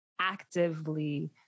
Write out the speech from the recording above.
actively